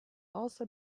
also